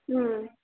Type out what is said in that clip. ಹೂಂ